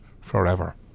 forever